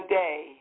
day